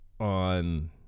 on